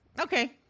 Okay